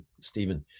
Stephen